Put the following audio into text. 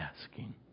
asking